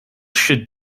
should